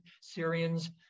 Syrians